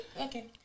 Okay